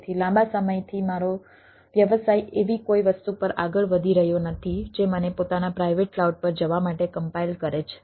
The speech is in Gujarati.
તેથી લાંબા સમયથી મારો વ્યવસાય એવી કોઈ વસ્તુ પર આગળ વધી રહ્યો નથી જે મને પોતાના પ્રાઇવેટ ક્લાઉડ પર જવા માટે કમ્પાઇલ કરે છે